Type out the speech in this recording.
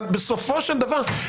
אבל בסופו של דבר,